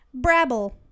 Brabble